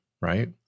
right